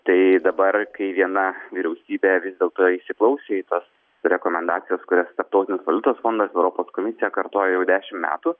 tai dabar kai viena vyriausybė vis dėlto įsiklausė į tas rekomendacijas kurias tarptautinis valiutos fondas europos komisija kartoja jau dešim metų